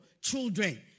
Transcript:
children